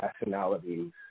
nationalities